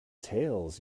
tales